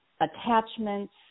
attachments